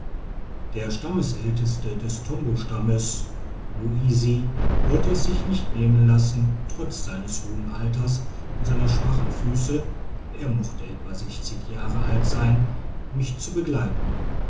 der stammälteste des tombostammes noisi wollte es sich nicht nehmen lassen trotz seines hohen alters und seiner schwachen füsse er mochte etwa sechzig jahre alt sein mich zu begleiten